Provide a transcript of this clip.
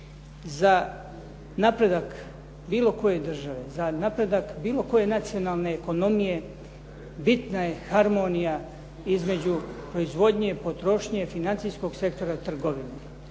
Za napredak bilo koje države, za napredak bilo koje nacionalne ekonomije bitna je harmonija između proizvodnje i potrošnje, financijskog sektora, trgovine.